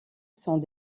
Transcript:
sont